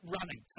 Running